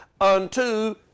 unto